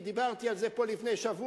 כי דיברתי על זה פה לפני שבוע,